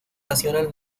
nacional